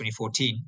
2014